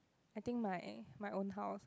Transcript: I think my my own house